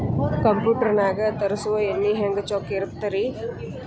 Computer ನಾಗ ತರುಸುವ ಎಣ್ಣಿ ಹೆಂಗ್ ಚೊಕ್ಕ ಇರತ್ತ ರಿ?